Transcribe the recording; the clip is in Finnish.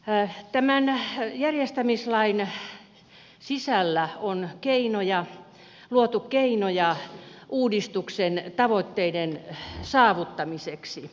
tämän järjestämislain sisällä on luotu keinoja uudistuksen tavoitteiden saavuttamiseksi